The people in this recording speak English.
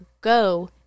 go